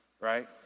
right